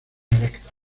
elektra